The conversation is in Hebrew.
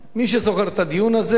מי שזוכר את הדיון הזה,